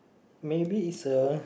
maybe is a